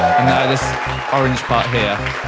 and this orange part here.